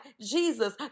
Jesus